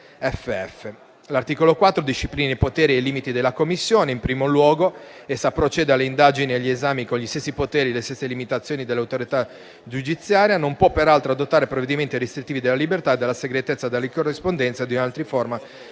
L'articolo 4 disciplina poteri e limiti della Commissione. In primo luogo, essa procede alle indagini e agli esami con gli stessi poteri e le stesse limitazioni dell'autorità giudiziaria; non può, peraltro, adottare provvedimenti restrittivi della libertà e della segretezza della corrispondenza e di altre forme